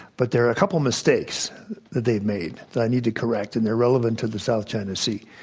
but there are a couple mistakes that they've made that i need to correct and they're relevant to the south china sea.